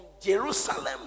Jerusalem